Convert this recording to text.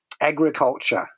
agriculture